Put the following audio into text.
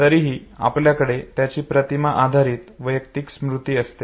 तरीही आपल्याकडे याची प्रतिमा आधारित वैयक्तिक स्मृती असते